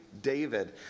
David